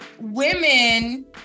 women